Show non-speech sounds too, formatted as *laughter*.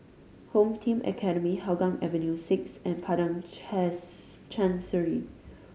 Home Team Academy Hougang Avenue Six and Padang *unintelligible* Chancery